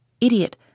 Idiot